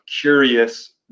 curious